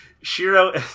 Shiro